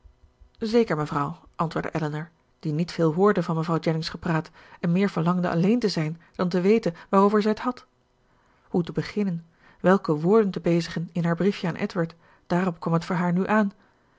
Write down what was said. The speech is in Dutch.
zeker mevrouw antwoordde elinor die niet veel hoorde van mevrouw jennings gepraat en meer verlangde alleen te zijn dan te weten waarover zij het had hoe te beginnen welke woorden te bezigen in haar briefje aan edward daarop kwam het voor haar nu aan